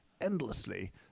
endlessly